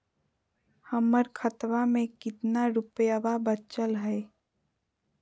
हमर खतवा मे कितना रूपयवा बचल हई?